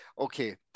Okay